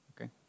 okay